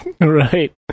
Right